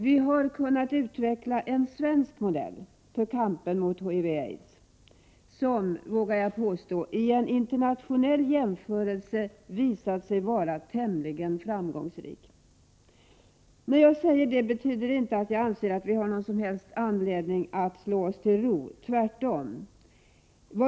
Vi har kunnat utveckla en svensk modell för kampen mot HIV/aids som — vågar jag påstå — vid en internationell jämförelse visat sig vara tämligen framgångsrik. När jag säger det betyder det inte att jag anser att vi har någon som helst anledning att slå oss till ro, tvärtom.